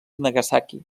nagasaki